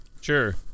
Sure